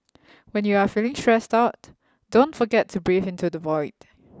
when you are feeling stressed out don't forget to breathe into the void